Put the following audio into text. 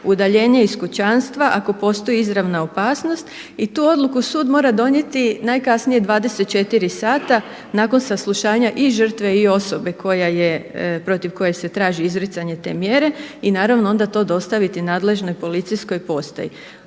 udaljenje iz kućanstva ako postoji izravna opasnost. I tu odluku sud mora donijeti najkasnije 24 sata nakon saslušanja i žrtve i osobe koja je protiv koje se traži izricanje te mjere i naravno onda to dostaviti nadležnoj policijskoj postaji.